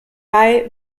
bei